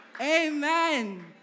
Amen